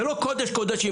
זה לא קודש קודשים.